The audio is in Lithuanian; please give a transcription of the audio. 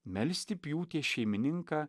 melsti pjūties šeimininką